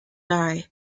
die